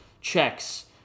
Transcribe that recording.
checks